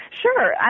Sure